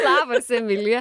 labas emilija